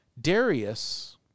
Darius